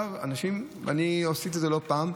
אני עשיתי את זה לא פעם: